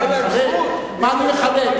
מה אני מחלק?